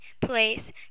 place